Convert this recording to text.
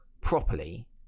properly